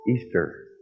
Easter